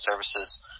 services